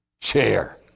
chair